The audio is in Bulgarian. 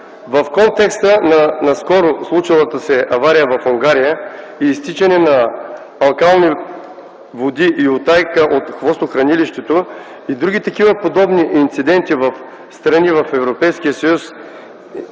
В контекста на скоро случилата се авария в Унгария – изтичане на алкални води и утайка от хвостохранилището, и други такива подобни инциденти в страни от Европейския съюз